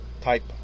Type